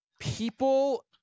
people